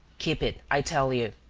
keep it, i tell you,